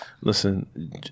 Listen